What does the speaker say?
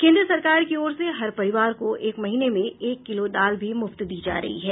केंद्र सरकार की ओर से हर परिवार को एक महीने में एक किलो दाल भी मुफ्त दी जा रही हैं